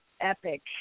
epic